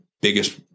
biggest